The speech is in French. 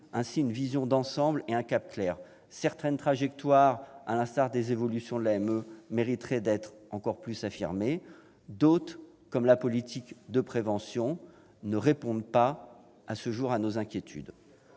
une vision d'ensemble, un cap clair. Certaines trajectoires, comme les évolutions de l'AME, mériteraient d'être encore plus affirmées ; d'autres, telle la politique de prévention, ne répondent pas, à ce jour, à nos inquiétudes.